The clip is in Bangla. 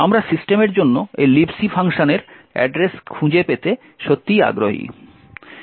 আমরা সিস্টেমের জন্য এই Libc ফাংশনের অ্যাড্রেস খুঁজে পেতে সত্যিই আগ্রহী